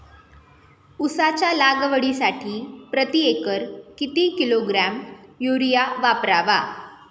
उसाच्या लागवडीसाठी प्रति एकर किती किलोग्रॅम युरिया वापरावा?